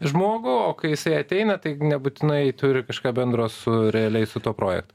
žmogų o kai jisai ateina tai nebūtinai turi kažką bendro su realiai su tuo projektu